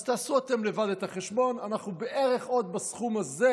אז תעשו אתם לבד את החשבון, בערך עוד סכום כזה